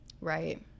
right